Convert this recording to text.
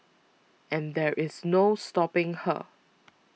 and there is no stopping her